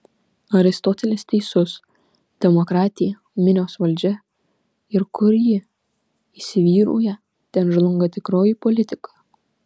aristotelis teisus demokratija minios valdžia ir kur ji įsivyrauja ten žlunga tikroji politika